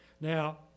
Now